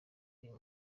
uyu